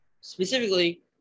specifically